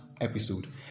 episode